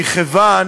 מכיוון